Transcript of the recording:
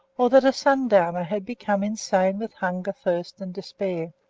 or that a sundowner had become insane with hunger, thirst, and despair.